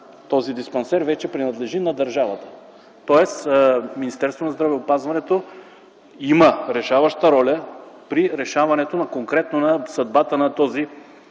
този диспансер вече принадлежи на държавата, тоест Министерство на здравеопазването има решаваща роля при решаването конкретно на съдбата на този диспансер.